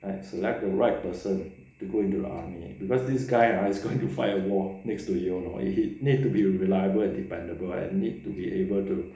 and select the right person to go into the army because this guy ah is going to fight a wall next to you he he need to be reliable dependable and need to be able to